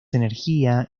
energía